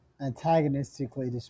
antagonistically